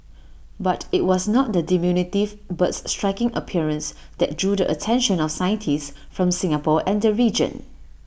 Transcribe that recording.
but IT was not the diminutive bird's striking appearance that drew the attention of scientists from Singapore and the region